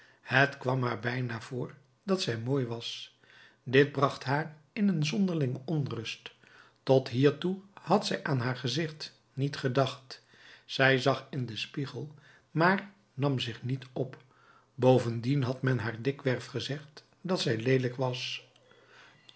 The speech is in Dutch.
het kwam haar bijna voor dat zij mooi was dit bracht haar in een zonderlinge onrust tot hiertoe had zij aan haar gezicht niet gedacht zij zag in den spiegel maar nam zich niet op bovendien had men haar dikwerf gezegd dat zij leelijk was